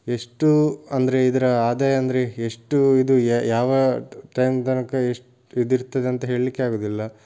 ಎಷ್ಟು ಅಂದರೆ ಇದರ ಆದಾಯ ಅಂದರೆ ಎಷ್ಟು ಇದು ಯಾವ ಟೈಮ್ ತನಕ ಎಷ್ ಇದು ಇರ್ತದೆ ಅಂತ ಹೇಳಲಿಕ್ಕೆ ಆಗುವುದಿಲ್ಲ